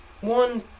One